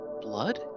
blood